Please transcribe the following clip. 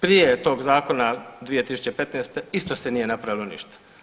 Prije tog zakona 2015. isto se nije napravilo ništa.